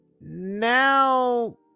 Now